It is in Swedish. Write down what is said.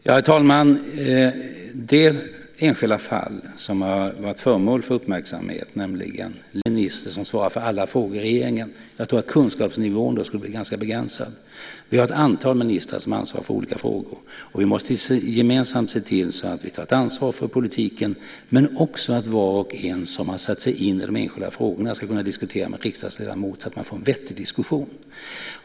Herr talman! Jag tror att vi ska vara glada över att det inte finns en minister som svarar för alla frågor i regeringen. Jag tror att kunskapsnivån då skulle bli ganska begränsad. Vi har ett antal ministrar som ansvarar för olika frågor, och vi måste gemensamt se till att vi tar ett ansvar för politiken men också för att var och en som har satt sig in i de enskilda frågorna ska kunna diskutera med en riksdagsledamot så att man får en vettig diskussion.